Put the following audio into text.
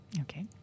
okay